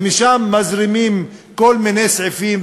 ומשם מזרימים כל מיני סעיפים,